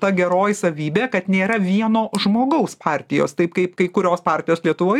ta geroji savybė kad nėra vieno žmogaus partijos taip kaip kai kurios partijos lietuvoj